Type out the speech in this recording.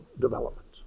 development